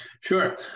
sure